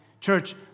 church